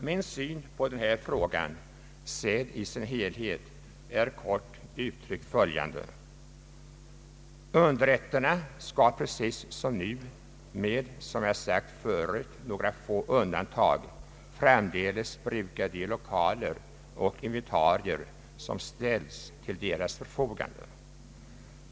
Min syn på den här frågan, sedd i sin helhet, är kort uttryckt följande. Underrätterna skall precis som nu med några få undantag framdeles bruka de lokaler och inventarier som ställts till deras förfogande.